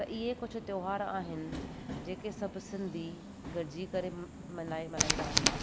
त इहे कुझु त्योहार आहिनि जेके सभु सिंधी गॾिजी करे म्ल्हाए मल्हाईंदा आहिनि